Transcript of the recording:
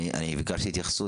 אני ביקשתי התייחסות,